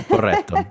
Corretto